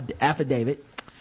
affidavit